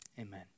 Amen